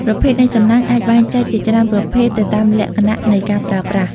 ប្រភេទនៃសំណាញ់អាចបែងចែកជាច្រើនប្រភេទទៅតាមលក្ខណៈនៃការប្រើប្រាស់